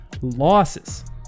losses